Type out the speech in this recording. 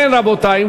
אין, רבותי.